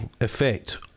effect